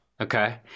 Okay